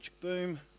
boom